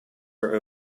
are